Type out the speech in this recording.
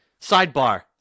sidebar